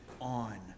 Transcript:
on